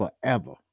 forever